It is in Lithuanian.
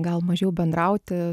gal mažiau bendrauti